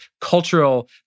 cultural